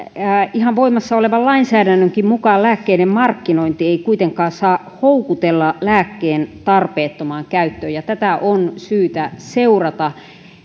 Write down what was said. ihan voimassa olevan lainsäädännönkin mukaan lääkkeiden markkinointi ei kuitenkaan saa houkutella lääkkeen tarpeettomaan käyttöön ja tätä on syytä seurata